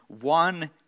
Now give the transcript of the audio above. one